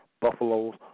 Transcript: buffaloes